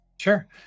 Sure